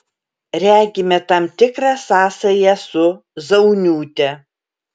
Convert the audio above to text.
regime tam tikrą sąsają su zauniūte